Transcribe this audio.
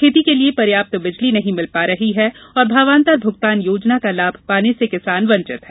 खेती के लिये पर्याप्त बिजली नहीं मिल पा रही है और भावान्तर भूगतान योजना का लाभ पाने से किसान वंचित है